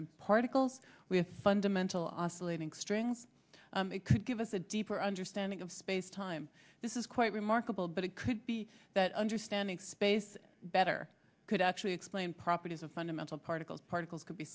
than particles with fundamental oscillating strings it could give us a deeper understanding of space time this is quite remarkable but it could be that understanding space better could actually explain properties of fundamental particles particles could be